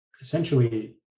essentially